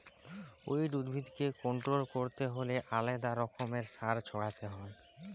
weed উদ্ভিদকে control ক্যরতে হ্যলে আলেদা রকমের সার ছড়াতে হ্যয়